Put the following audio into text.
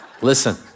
Listen